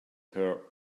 her